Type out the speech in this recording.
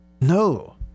No